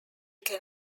can